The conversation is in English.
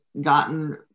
gotten